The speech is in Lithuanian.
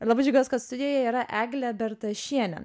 ir labai džiaugiuos kad studijoje yra eglė bertašienė